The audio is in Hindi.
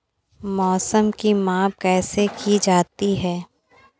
मौसम की माप कैसे की जाती है?